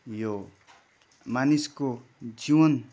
यो मानिसको जीवन